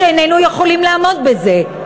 איננו יכולים לעמוד בזה.